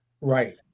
Right